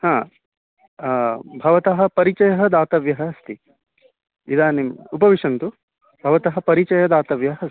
हा भवतः परिचयः दातव्यः अस्ति इदानीम् उपविशन्तु भवतः परिचयः दातव्यः अस्ति